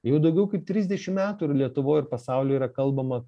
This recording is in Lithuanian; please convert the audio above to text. jau daugiau kaip trisdešim metų ir lietuvoj ir pasauly yra kalbama